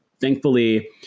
thankfully